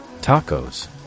Tacos